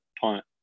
punt